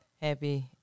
happy